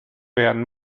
werden